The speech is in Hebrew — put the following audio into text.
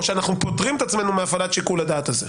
פוטרים עצמנו מהפעלת שיקול הדעת הזה.